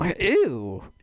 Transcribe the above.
Ew